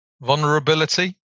Vulnerability